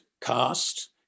Cast